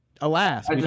alas